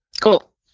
Cool